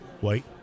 white